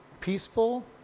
peaceful